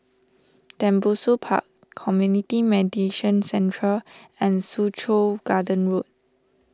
Tembusu Park Community Mediation Centre and Soo Chow Garden Road